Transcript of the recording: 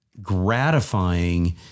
gratifying